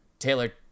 Taylor